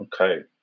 Okay